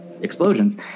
explosions